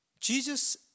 Jesus